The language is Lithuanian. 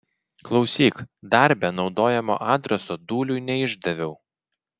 klausyk darbe naudojamo adreso dūliui neišdaviau